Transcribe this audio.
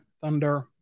thunder